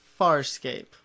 Farscape